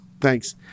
Thanks